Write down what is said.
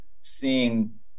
seeing